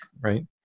right